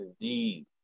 indeed